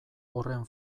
horren